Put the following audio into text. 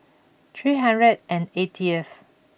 three hundred and eightieth